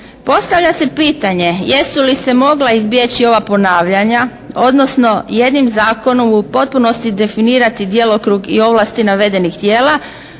Postavlja se pitanje, jesu li se mogla izbjeći ova ponavljanja, odnosno jednim zakonom u potpunosti definirati djelokrug i ovlasti navedenih tijela?